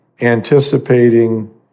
anticipating